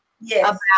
Yes